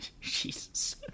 Jesus